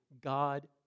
God